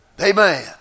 Amen